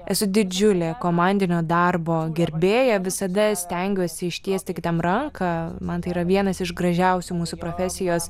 esu didžiulė komandinio darbo gerbėja visada stengiuosi ištiesti kitam ranką man tai yra vienas iš gražiausių mūsų profesijos